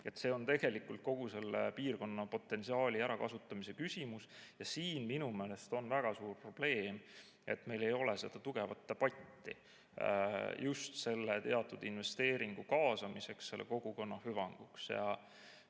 See on tegelikult kogu selle piirkonna potentsiaali ärakasutamise küsimus. Siin on minu meelest väga suur probleem, et meil ei ole tugevat debatti just selle teatud investeeringu kaasamiseks kogukonna hüvanguks.